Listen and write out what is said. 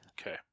Okay